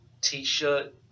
T-shirt